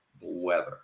weather